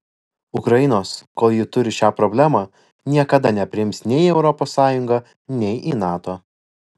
ukrainos kol ji turi šią problemą niekada nepriims nei į europos sąjungą nei į nato